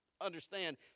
understand